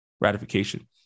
ratification